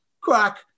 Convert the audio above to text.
crack